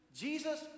Jesus